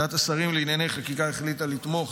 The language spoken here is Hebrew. ועדת השרים לענייני חקיקה החליטה לתמוך